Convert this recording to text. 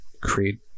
creed